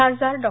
खासदार डॉ